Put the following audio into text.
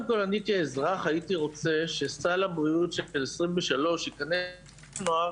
אני כאזרח הייתי רוצה שסל הבריאות של 2023 ייכנס בינואר